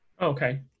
Okay